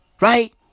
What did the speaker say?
Right